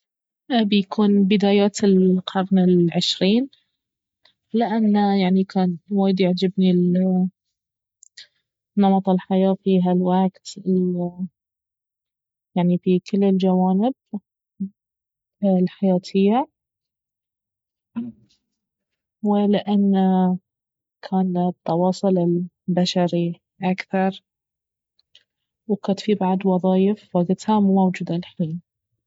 بيكون بدايات القرن العشرين لانه يعني كان وايد يعجبني ال- نمط الحياة في هالوقت ال- يعني في كل الجوانب الحياتية ولأنه كان التواصل البشري اكثر وكانت في بعد وظايف وقتها مو موجودة الحين